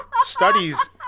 studies